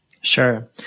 Sure